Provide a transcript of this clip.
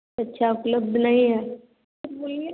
अच्छा उपलब्ध नहीं है तो बोलिए